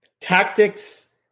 Tactics